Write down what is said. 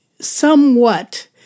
somewhat